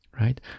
right